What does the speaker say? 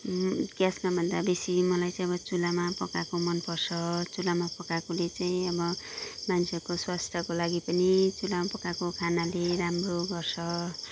ग्यासमा भन्दा बेसी मलाई चाहिँ अब चुलामा पकाएको मन पर्छ चुलामा पकाएकोले चाहिँ अब मान्छेहरूको स्वास्थ्यको लागि पनि चुलामा पकाएको खानाले राम्रो गर्छ